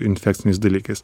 infekciniais dalykais